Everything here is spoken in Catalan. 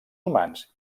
humans